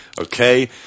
Okay